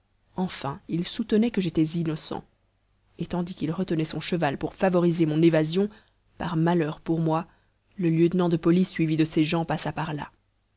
enfin ils soutenaient que j'étais innocent et tandis qu'ils retenaient son cheval pour favoriser mon évasion par malheur pour moi le lieutenant de police suivi de ses gens passa par là